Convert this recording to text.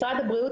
משרד הבריאות,